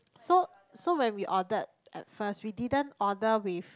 so so when we ordered at first we didn't order with